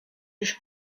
już